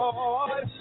Lord